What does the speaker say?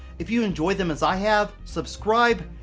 if you enjoy them as i have, subscribe,